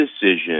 decision